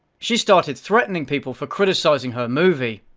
she started threatening people for criticizing her movie.